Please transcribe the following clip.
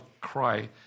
cry